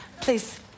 Please